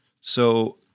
So-